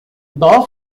daha